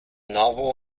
novel